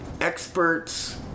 experts